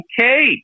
okay